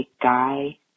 guy